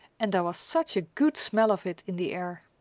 and there was such a good smell of it in the air!